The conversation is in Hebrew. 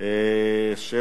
עברה